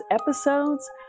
episodes